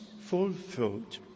fulfilled